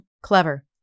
Clever